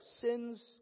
sin's